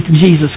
Jesus